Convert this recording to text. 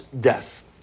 death